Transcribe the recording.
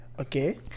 okay